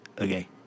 Okay